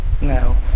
now